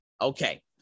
Okay